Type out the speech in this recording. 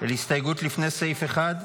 על הסתייגות לפני סעיף 1?